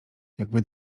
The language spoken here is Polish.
jakby